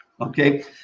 Okay